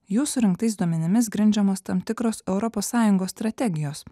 jų surinktais duomenimis grindžiamos tam tikros europos sąjungos strategijos